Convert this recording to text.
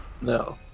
No